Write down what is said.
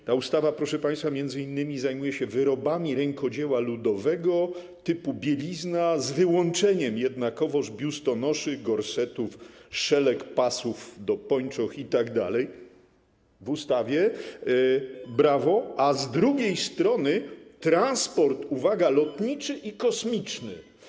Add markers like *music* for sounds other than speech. W tej ustawie, proszę państwa, m.in. zajęto się wyrobami rękodzieła ludowego typu bielizna, z wyłączeniem jednakowoż biustonoszy, gorsetów, szelek, pasów do pończoch itd. - w ustawie, *noise* brawo - a z drugiej strony jest transport, uwaga, lotniczy i kosmiczny.